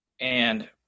And-